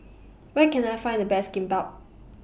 Where Can I Find The Best Kimbap